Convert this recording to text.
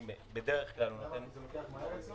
כי זה הולך אצלו מהר?